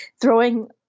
throwing